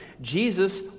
Jesus